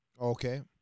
Okay